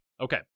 Okay